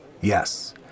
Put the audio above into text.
Yes